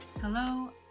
Hello